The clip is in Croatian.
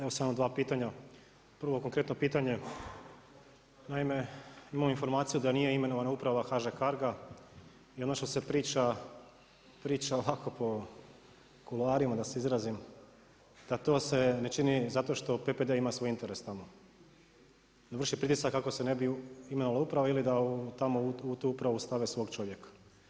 Evo samo dva pitanja. prvo konkretno pitanje, naime, imamo informaciju da nije imenovana Uprava HŽ Carga i ono što se priča ovako po kuloarima da se izrazim, da to se ne čini zato što PPD ima svoj interes tamo, da vrši pritisak kako se ne bi imala uprava ili da u tamo u tu upravu stave svog čovjeka.